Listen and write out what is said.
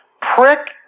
Prick